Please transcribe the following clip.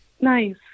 Nice